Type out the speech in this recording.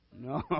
no